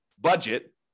budget